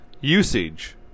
Usage